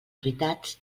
veritats